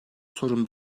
sorun